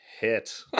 Hit